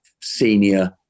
senior